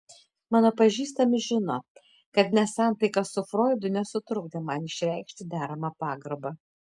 mano pažįstami žino kad nesantaika su froidu nesutrukdė man išreikšti deramą pagarbą